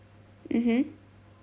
mmhmm